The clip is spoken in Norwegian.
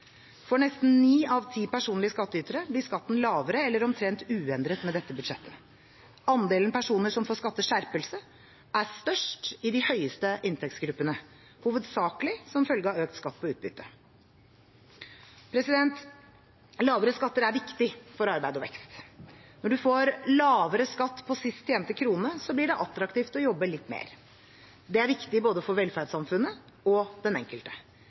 For nesten ni av ti personlige skattytere blir skatten lavere eller omtrent uendret med dette budsjettet. Andelen personer som får skatteskjerpelse, er størst i de høyeste inntektsgruppene – hovedsakelig som følge av økt skatt på utbytte. Lavere skatter er viktig for arbeid og vekst. Når du får lavere skatt på sist tjente krone, blir det attraktivt å jobbe litt mer. Det er viktig både for velferdssamfunnet og den enkelte.